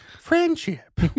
Friendship